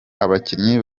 abakinnyi